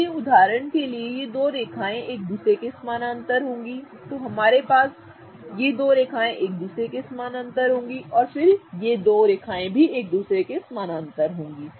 इसलिए उदाहरण के लिए ये दो रेखाएँ एक दूसरे के समानांतर होंगी तो हमारे पास ये दो रेखाएँ एक दूसरे के समानांतर होंगी और फिर हमारे पास ये दोनों रेखाएँ भी एक दूसरे के समानांतर होंगी